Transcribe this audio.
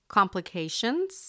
Complications